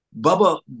Bubba